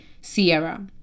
Sierra